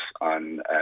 on